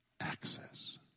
access